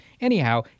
Anyhow